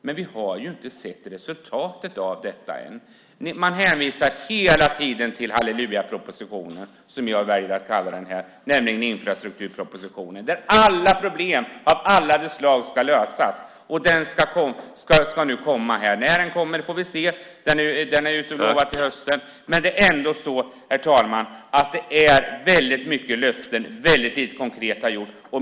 Men vi har ju inte sett resultatet av detta än. Man hänvisar hela tiden till hallelujapropositionen, som jag väljer att kalla den, nämligen infrastrukturpropositionen. Där ska alla problem av alla de slag lösas. Den ska nu komma. När den kommer får vi se - den är utlovad till hösten. Det är ändå, herr talman, väldigt mycket löften och väldigt lite konkret som har gjorts.